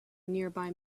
nearby